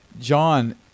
John